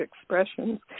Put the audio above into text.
expressions